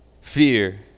fear